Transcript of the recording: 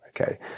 okay